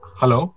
Hello